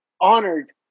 honored